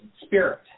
spirit